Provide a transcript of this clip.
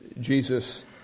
Jesus